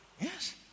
Yes